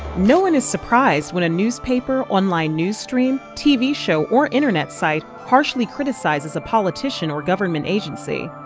no one is surprised when a newspaper, online news stream, tv show or internet site harshly criticizes a politician or government agency.